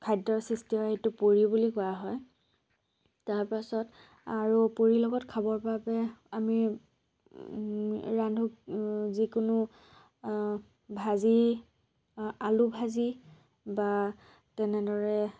খাদ্যৰ সৃষ্টি হয় সেইটো পুৰি বুলি কোৱা হয় তাৰ পাছত আৰু পুৰিৰ লগত খাবৰ বাবে আমি ৰান্ধো যিকোনো ভাজি আলু ভাজি বা তেনেদৰে